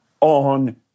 on